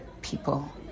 people